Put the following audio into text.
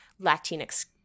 Latinx